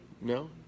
No